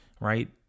right